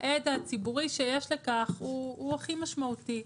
ההד הציבורי שיש לכך הכי משמעותי,